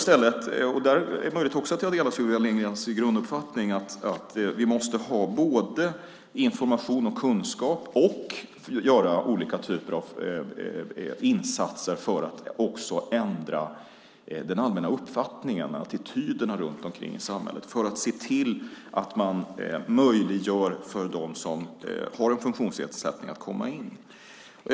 Det är möjligt att jag och Sylvia Lindgren delar uppfattning också när det gäller att vi måste ha både information och kunskap och göra olika typer av insatser för att ändra den allmänna uppfattningen och attityderna i samhället för att göra det möjligt för dem som har en funktionsnedsättning att komma in.